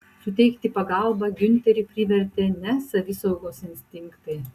suteikti pagalbą giunterį privertė ne savisaugos instinktai